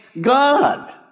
God